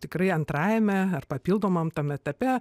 tikrai antrajame ar papildomam tam etape